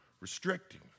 restricting